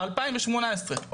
2018,